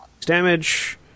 Damage